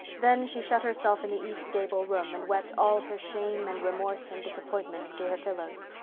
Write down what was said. then she shut herself in the east gable room and wept all her shame and remorse and disappointment into her pillows.